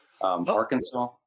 Arkansas